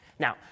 Now